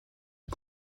est